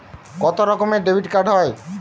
কত রকমের ডেবিটকার্ড হয়?